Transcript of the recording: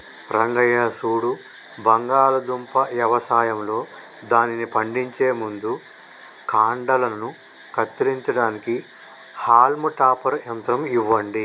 రంగయ్య సూడు బంగాళాదుంప యవసాయంలో దానిని పండించే ముందు కాండలను కత్తిరించడానికి హాల్మ్ టాపర్ యంత్రం ఇవ్వండి